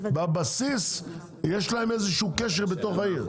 בבסיס יש להם איזשהו קשר בתוך העיר.